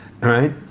right